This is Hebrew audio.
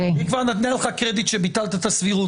היא כבר נתנה לך קרדיט שביטלת את הסבירות.